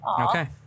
Okay